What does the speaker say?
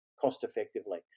cost-effectively